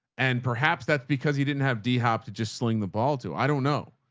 and perhaps that's because he didn't have d hop to just swing the ball to, i don't know.